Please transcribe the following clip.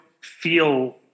feel